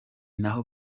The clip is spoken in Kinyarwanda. nabo